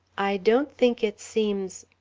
i don't think it seems.